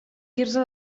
quirze